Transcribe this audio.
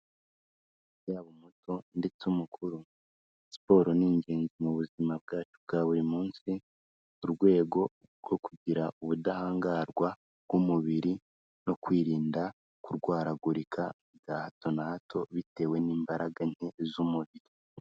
Yaba umuto ndetse umukuru siporo ni ingenzi mu buzima bwacu bwa buri munsi, mu rwego rwo kugira ubudahangarwa bw'umubiri no kwirinda kurwaragurika, bya hato na hato bitewe n'imbaraga nke z'umubiri.